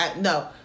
No